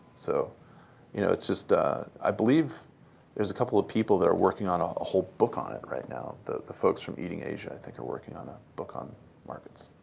so you know it's just i believe there's a couple of people that are working on a whole book on it right now. the the folks from eating asia, are working on a book on markets.